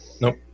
Nope